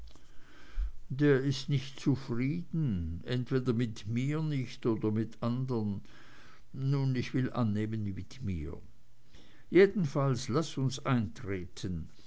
der ist nicht recht zufrieden entweder mit mir nicht oder mit andern nun ich will annehmen mit mir jedenfalls laß uns eintreten